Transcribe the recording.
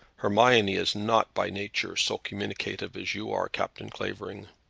hermione is not by nature so communicative as you are, captain clavering.